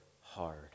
hard